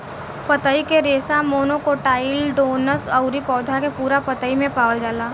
पतई के रेशा मोनोकोटाइलडोनस अउरी पौधा के पूरा पतई में पावल जाला